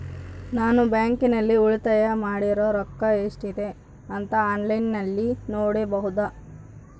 ನಾನು ಬ್ಯಾಂಕಿನಲ್ಲಿ ಉಳಿತಾಯ ಮಾಡಿರೋ ರೊಕ್ಕ ಎಷ್ಟಿದೆ ಅಂತಾ ಆನ್ಲೈನಿನಲ್ಲಿ ನೋಡಬಹುದಾ?